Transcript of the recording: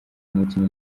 umukinnyi